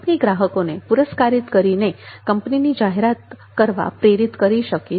company ગ્રાહકોને પુરસ્કારીત કરીને કંપનીની જાહેરાત કરવા પ્રેરિત કરી શકે છે